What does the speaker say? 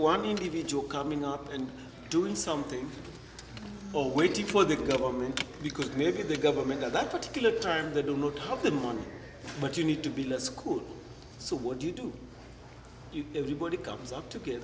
one individual coming up and doing something or waiting for the government because maybe the government at that particular time they do not have the money but you need to be less school so what do you do everybody comes up toget